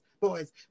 boys